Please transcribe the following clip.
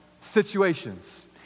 situations